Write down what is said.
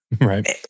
right